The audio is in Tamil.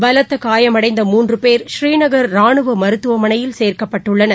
பலத்தகாயமடைந்த முன்றுபேர் டநீநகர் ராணுவமருத்துவமனையில் சேர்க்க்ப்பட்டுள்ளார்கள்